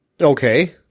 Okay